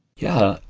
yeah.